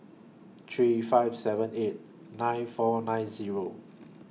three five seven eight nine four nine Zero